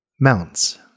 Mounts